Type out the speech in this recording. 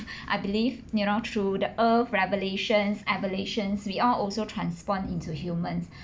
I believe you know through the earth revelations evolutions we all also transform into humans